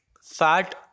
fat